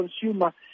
consumer